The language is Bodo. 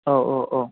औ औ औ